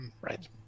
right